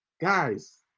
Guys